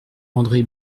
andré